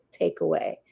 takeaway